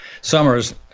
summers